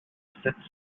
sept